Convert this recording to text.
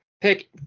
pick